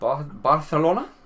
Barcelona